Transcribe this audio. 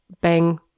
bang